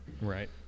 Right